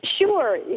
Sure